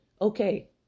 okay